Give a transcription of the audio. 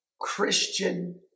Christian